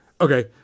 Okay